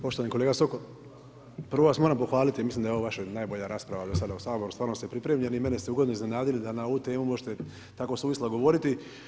Poštovani kolega Sokol, prvo vas moram pohvaliti, mislim da je ovo vaša najbolja rasprava do sada u Saboru, stvarno ste pripremljeni, mene ste ugodno iznenadili da na ovu temu možete tako suvislo govoriti.